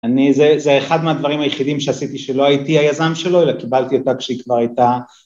אני, זה אחד מהדברים היחידים שעשיתי שלא הייתי היזם שלו אלא קיבלתי אותה כשהיא כבר הייתה